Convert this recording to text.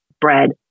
bread